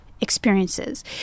experiences